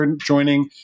joining